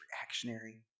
reactionary